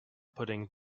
putting